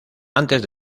antes